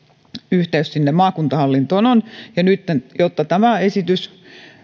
yhteys sinne maakuntahallintoon on ja nytten jotta tämä esitys